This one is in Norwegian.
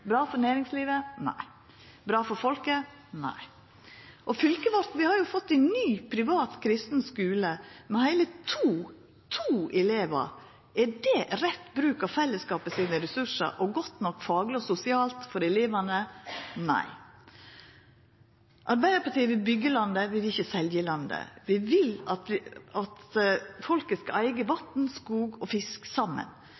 Bra for næringslivet? Nei. Bra for folket? Nei. I fylket vårt har vi fått ein ny privat kristen skule med heile to – to – elevar. Er det rett bruk av fellesskapet sine ressursar og godt nok fagleg og sosialt for elevane? Nei. Arbeidarpartiet vil byggja landet, vi vil ikkje selja landet. Vi vil at folket skal